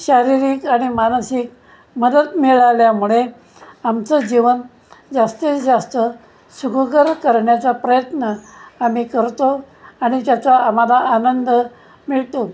शारीरिक आणि मानसिक मदत मिळाल्यामुळे आमचं जीवन जास्तीत जास्त सुखकर करण्याचा प्रयत्न आम्ही करतो आणि त्याचा आम्हाला आनंद मिळतो